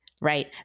right